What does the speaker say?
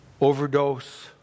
overdose